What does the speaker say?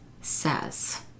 says